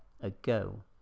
ago